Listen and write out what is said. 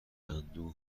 اندوه